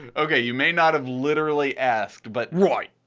ok, you may not have literally asked, but. roight!